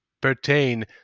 pertain